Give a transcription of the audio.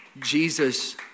Jesus